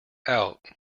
out